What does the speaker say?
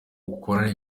ukora